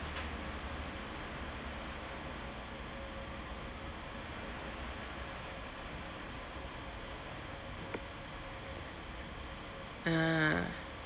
ah